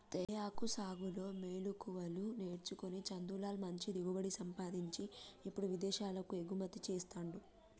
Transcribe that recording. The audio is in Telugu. తేయాకు సాగులో మెళుకువలు నేర్చుకొని చందులాల్ మంచి దిగుబడి సాధించి ఇప్పుడు విదేశాలకు ఎగుమతి చెస్తాండు